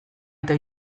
eta